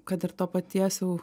kad ir to paties jau